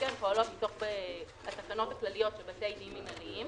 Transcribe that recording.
הן פועלות מתוך התקנות הכלליות של בתי דין מינהליים.